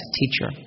teacher